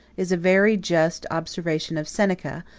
is a very just observation of seneca,